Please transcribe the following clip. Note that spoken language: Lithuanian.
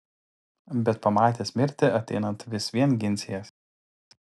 bet pamatęs mirtį ateinant vis vien ginsies